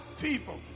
people